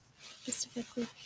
specifically